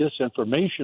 disinformation